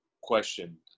question